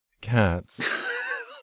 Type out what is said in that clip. Cats